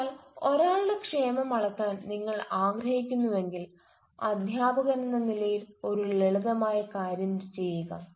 അതിനാൽ ഒരാളുടെ ക്ഷേമം അളക്കാൻ നിങ്ങൾ ആഗ്രഹിക്കുന്നുവെങ്കിൽ അധ്യാപകനെന്ന നിലയിൽ ഒരു ലളിതമായ കാര്യം ചെയ്യുക